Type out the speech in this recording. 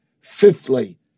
Fifthly